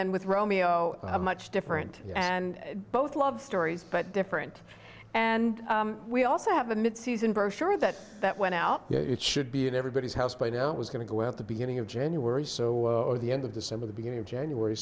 then with romeo a much different and both love stories but different and we also have a mid season brochure that that went out it should be in everybody's house played it was going to go at the beginning of january so the end of december the beginning of january